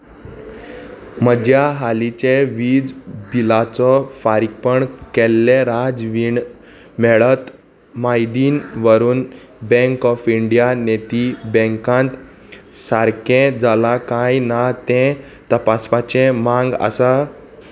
म्हज्या हालींचें वीज बिलाचो फारीकपण केल्लें राजवीण मेळत मायदीन वरून बँक ऑफ इंडिया नेती बँकांत सारकें जालां काय ना तें तपासपाचें मग आसा